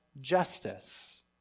justice